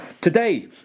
Today